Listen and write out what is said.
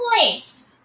place